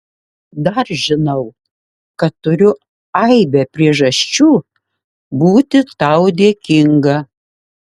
dar žinau kad turiu aibę priežasčių būti tau dėkinga